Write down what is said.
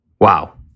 Wow